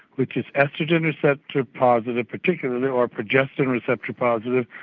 which is oestrogen receptor positive particularly or progesterone receptor positive,